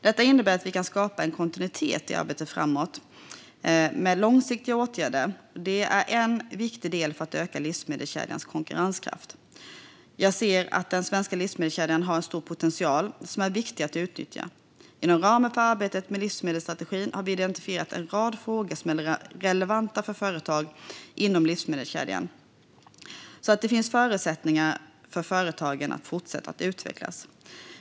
Detta innebär att vi kan skapa en kontinuitet i arbetet framåt med långsiktiga åtgärder, och det är en viktig del för att öka livsmedelskedjans konkurrenskraft. Jag ser att den svenska livsmedelskedjan har en stor potential som är viktig att utnyttja. Inom ramen för arbetet med livsmedelsstrategin har vi identifierat en rad frågor som är relevanta för företag inom livsmedelskedjan, så att det finns förutsättningar för företagen att fortsätta utvecklas.